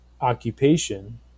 occupation